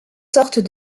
sortes